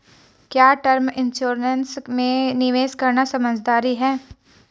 क्या term insurance में निवेश करना समझदारी है?